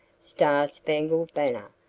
star spangled banner,